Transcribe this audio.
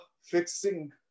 fixing